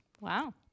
Wow